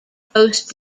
boast